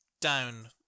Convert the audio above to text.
down